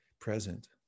Present